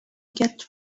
get